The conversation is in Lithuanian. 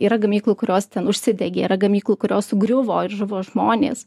yra gamyklų kurios ten užsidegė yra gamyklų kurios sugriuvo ir žuvo žmonės